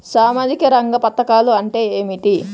సామాజిక రంగ పధకాలు అంటే ఏమిటీ?